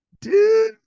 Dude